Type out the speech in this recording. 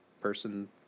person